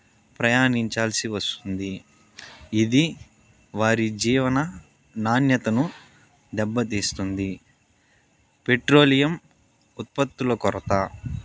ప్రయాణించాల్సి వస్తుంది ఇది వారి జీవన నాణ్యతను దెబ్బతీస్తుంది పెట్రోలియం ఉత్పత్తుల కొరత